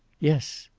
yes.